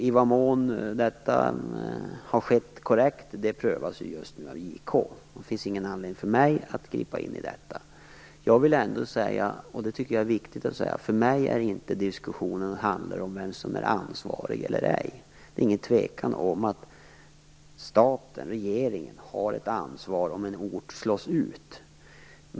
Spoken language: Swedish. I vad mån detta har skett korrekt prövas just nu av JK, och det finns ingen anledning för mig att gripa in i detta. Jag vill dock ändå säga, och det här tycker jag är viktigt, att för mig handlar diskussionen inte om vem som är ansvarig och inte. Det är ingen tvekan om att staten, regeringen, har ett ansvar om en ort slås ut.